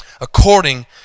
according